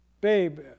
babe